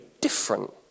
different